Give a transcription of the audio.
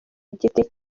igiti